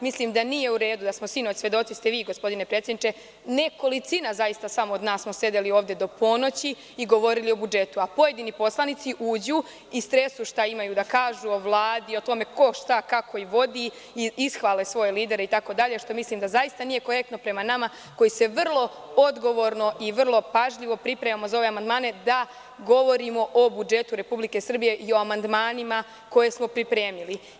Mislim da nije u redu da smo sinoć, svedoci ste vi gospodine predsedniče, nekolicina samo od nas smo sedeli ovde do ponoći i govorili o budžetu, a pojedini poslanici uđu, istresu šta imaju da kažu o Vladi, o tome ko, šta, kako vodi i ishvale svoje lidere itd. što mislim da zaista nije korektno prema nama koji se vrlo odgovorno i vrlo pažljivo pripremamo za ove amandmane, da govorimo o budžetu Republike Srbije iamandmanima koje smo pripremili.